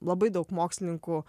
labai daug mokslininkų